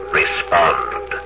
respond